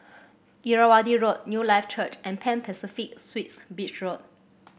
Irrawaddy Road Newlife Church and Pan Pacific Suites Beach Road